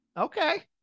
Okay